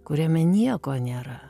kuriame nieko nėra